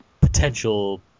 potential